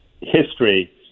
history